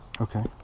Okay